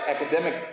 academic